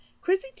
Chrissy